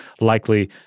likely